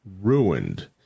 ruined